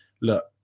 look